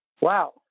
Wow